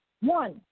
one